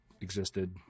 existed